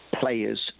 players